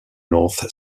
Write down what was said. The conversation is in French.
north